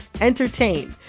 entertain